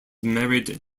married